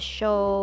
show